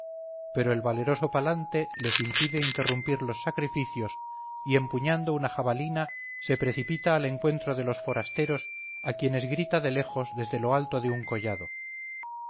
pero el valeroso palante les impide interrumpir los sacrificios y empuñando una jabalina se precipita al encuentro de los forasteros a quienes grita de lejos desde lo alto de un collado